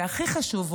והכי חשוב,